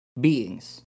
beings